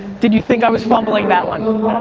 did you think i was fumbling that one?